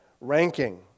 ranking